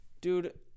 dude